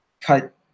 cut